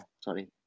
sorry